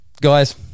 Guys